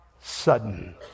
sudden